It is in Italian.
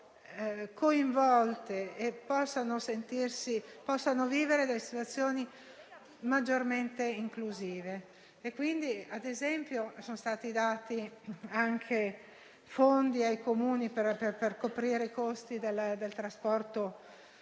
coinvolte e possano vivere in un contesto maggiormente inclusivo. Ad esempio, sono stati dati fondi ai Comuni per coprire i costi del trasporto